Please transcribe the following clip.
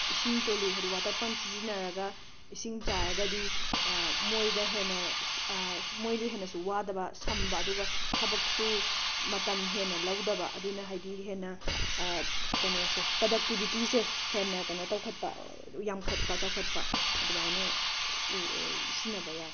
ꯏꯁꯤꯡ ꯇꯣꯂꯨ ꯍꯥꯏꯗꯤ ꯋꯥꯇꯔ ꯄꯝ ꯁꯤꯖꯤꯟꯅꯔꯒ ꯏꯁꯤꯡ ꯆꯥꯏꯔꯒꯗꯤ ꯃꯣꯏꯗ ꯍꯦꯟꯅ ꯁ ꯁ ꯃꯣꯏꯁꯨ ꯍꯦꯟꯅꯁꯨ ꯋꯥꯗꯕ ꯁꯝꯕ ꯑꯗꯨꯒ ꯊꯕꯛꯁꯨ ꯃꯇꯝ ꯍꯦꯟꯅ ꯂꯧꯗꯕ ꯑꯗꯨꯅ ꯍꯥꯏꯗꯤ ꯍꯦꯟꯅ ꯀꯩꯅꯣꯁꯦ ꯄ꯭ꯔꯗꯛꯇꯤꯕꯤꯇꯤꯁꯦ ꯍꯦꯟꯅ ꯀꯩꯅꯣ ꯇꯧꯈꯠꯄ ꯌꯥꯝꯈꯠꯄ ꯆꯥꯎꯈꯠꯄ ꯑꯗꯨꯃꯥꯏꯅ ꯎꯋꯦ ꯁꯤꯖꯤꯟꯅꯕ ꯌꯥꯏ